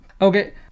Okay